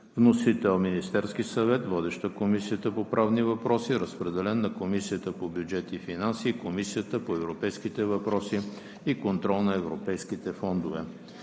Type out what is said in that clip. Вносител – Министерският съвет. Водеща е Комисията по правни въпроси. Разпределен е и на Комисията по бюджет и финанси и Комисията по европейските въпроси и контрол на европейските фондове.